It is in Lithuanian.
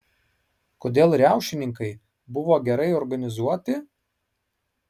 kodėl riaušininkai buvo gerai organizuoti